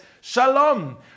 shalom